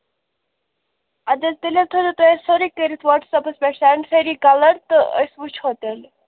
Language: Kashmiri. اَدٕ حظ تیٚلہِ حظ تھٲوِزیٚو تۄہہِ اَسہِ سورُے کٔرِتھ واٹس ایپَس پٮ۪ٹھ سینٛڈ سٲری کَلَر تہٕ أسۍ وُچھو تیٚلہِ